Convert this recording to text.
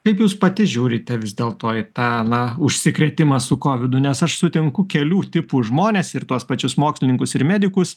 kaip jūs pati žiūrite vis dėl to į tą na užsikrėtimą su kovidu nes aš sutinku kelių tipų žmones ir tuos pačius mokslininkus ir medikus